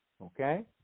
Okay